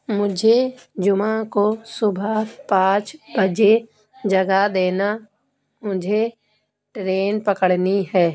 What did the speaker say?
مجھے جمعہ کو صبح پانچ بجے جگا دینا مجھے ٹرین پکڑنی ہے